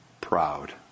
Proud